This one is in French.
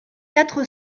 quatre